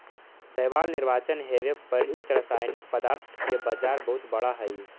शैवाल निवारण हेव प्रयुक्त रसायनिक पदार्थ के बाजार बहुत बड़ा हई